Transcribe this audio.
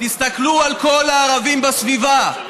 תסתכלו על כל הערבים בסביבה.